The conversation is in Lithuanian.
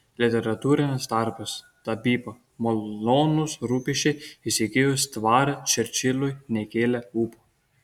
literatūrinis darbas tapyba malonūs rūpesčiai įsigijus dvarą čerčiliui nekėlė ūpo